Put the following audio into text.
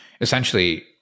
essentially